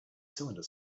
cylinder